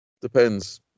Depends